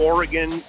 Oregon